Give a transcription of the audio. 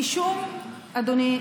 אדוני,